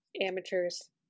amateurs